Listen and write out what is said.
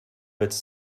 its